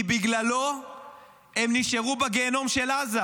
כי בגללו הם נשארו בגיהינום של עזה,